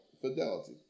fidelity